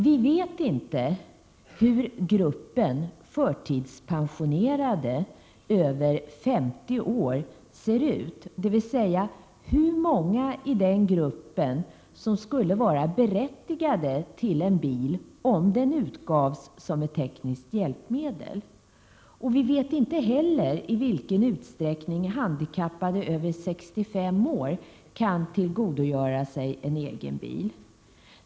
Vi vet inte hur gruppen förtidspensionärer över 50 år ser ut, dvs. hur många i den gruppen som skulle vara berättigade till en bil om den utgavs som ett tekniskt hjälpmedel. Vi vet inte heller i vilken utsträckning handikappade över 65 år kan tillgodogöra sig en egen bil.